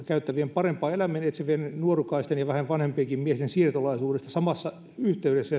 parempaa elämää etsivien nuorukaisten ja vähän vanhempienkin miesten siirtolaisuudesta samassa yhteydessä